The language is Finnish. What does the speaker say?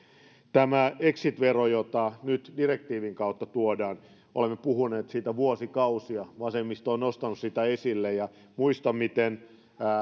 tästä exit verosta jota nyt direktiivin kautta tuodaan olemme puhuneet vuosikausia vasemmisto on nostanut sitä esille ja muistan miten